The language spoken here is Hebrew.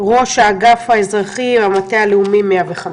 ראשת האגף האזרחי במטה הלאומי 105,